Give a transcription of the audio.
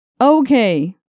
Okay